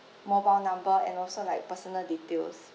mobile number and also like personal details